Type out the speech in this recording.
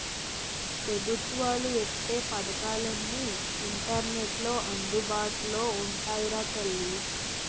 పెబుత్వాలు ఎట్టే పదకాలన్నీ ఇంటర్నెట్లో అందుబాటులో ఉంటాయిరా తల్లీ